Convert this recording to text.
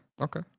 Okay